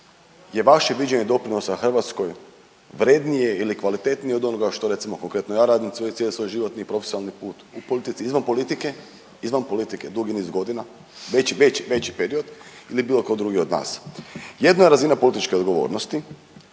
je vaše viđenje doprinosa Hrvatskoj vrijednije ili kvalitetnije od onoga što recimo konkretno ja radim svoj cijeli životni i profesionalni put u politici, izvan politike dugi niz godina veći, veći period ili bilo tko drugi od nas. Jedno je razina političke odgovornosti